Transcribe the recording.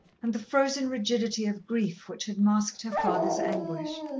and the frozen rigidity of grief which had masked her father's anguish.